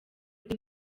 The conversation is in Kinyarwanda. byo